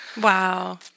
Wow